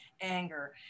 anger